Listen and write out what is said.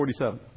47